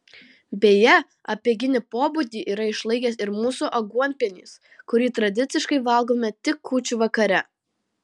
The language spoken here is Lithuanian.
beje apeiginį pobūdį yra išlaikęs ir mūsų aguonpienis kurį tradiciškai valgome tik kūčių vakare